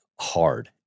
hard